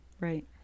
right